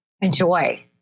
enjoy